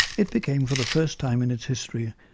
it became, for the first time in its history,